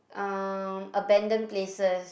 um abandoned places